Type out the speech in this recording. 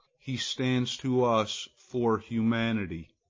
he stands to us for humanity.